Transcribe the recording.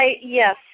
Yes